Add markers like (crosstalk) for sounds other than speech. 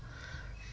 (breath)